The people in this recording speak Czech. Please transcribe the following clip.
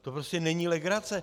To prostě není legrace.